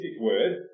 word